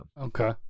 Okay